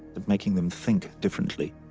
of making them think differently.